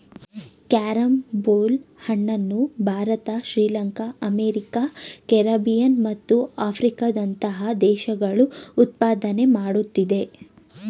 carrom ಬೋಲ್ ಹಣ್ಣನ್ನು Bharat Sri Lanka America Caribbean ಮತ್ತು ಆಫ್ರಿಕಾದಂತಹ ದೇಶಗಳು ಉತ್ಪಾದನೆ ಮಾಡುತ್ತಿದೆ